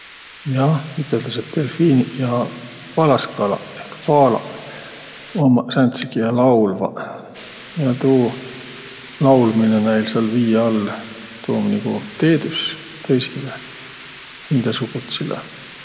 Jah, üteldäs, et delfiiniq ja valaskalaq ehk vaalaq ummaq sääntseq, kiä laulvaq. Ja tuu laulminõ näil sääl vii all, tuu um nigu teedüs tõisilõ hindäsugutsilõ.